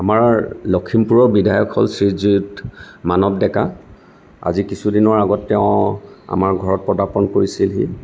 আমাৰ লখিমপুৰৰ বিধায়ক হ'ল শ্ৰীযুত মানৱ ডেকা আজি কিছুদিনৰ আগত তেওঁ আমাৰ ঘৰত পদাৰ্পণ কৰিছিলহি